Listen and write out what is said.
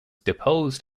deposed